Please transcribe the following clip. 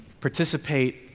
participate